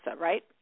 right